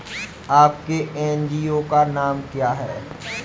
आपके एन.जी.ओ का नाम क्या है?